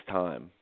time